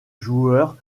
joueur